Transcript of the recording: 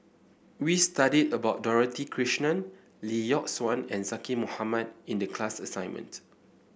we studied about Dorothy Krishnan Lee Yock Suan and Zaqy Mohamad in the class assignment